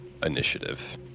initiative